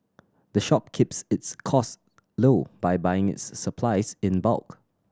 the shop keeps its cost low by buying its supplies in bulk